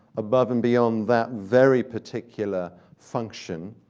above and beyond that very particular function,